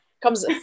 comes